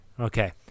okay